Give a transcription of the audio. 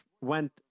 went